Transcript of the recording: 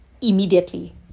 immediately